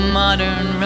modern